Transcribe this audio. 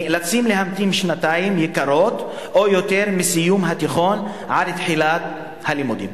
נאלצים להמתין שנתיים יקרות או יותר מסיום התיכון עד תחילת הלימודים.